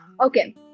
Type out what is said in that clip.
okay